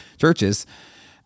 churches